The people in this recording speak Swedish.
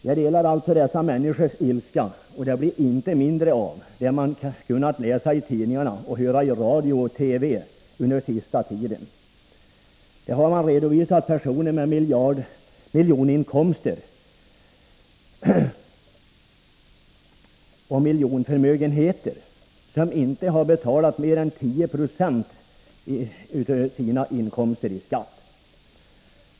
Jag delar alltså dessa människors ilska, och den blir inte mindre av det man kunnat läsa i tidningarna och höra i radio och TV under sista tiden. Där har man redovisat att det finns personer med miljoninkomster och miljonförmögenheter som inte har betalat mer än 10 96 av sina inkomster i skatt.